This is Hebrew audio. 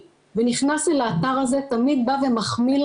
הוא יכול גם להשתלח על אותו פקיד או פקידה